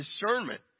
discernment